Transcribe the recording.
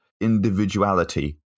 individuality